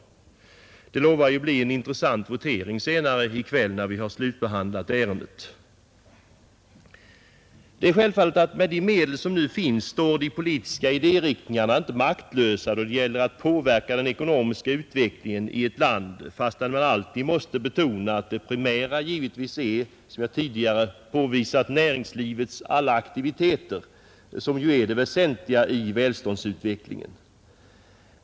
Det lovar att bli en intressant votering senare i kväll när vi har slutbehandlat ärendet. Det är självfallet att med de medel som nu finns står de politiska idériktningarna inte maktlösa då det gäller att påverka den ekonomiska utvecklingen i ett land, även om det alltid måste betonas att det primära — som jag tidigare påvisat — givetvis är näringslivets alla aktiviteter. Dessa är ju det väsentliga i välståndsutvecklingen.